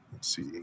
See